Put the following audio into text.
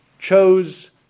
chose